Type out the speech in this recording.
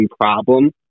problem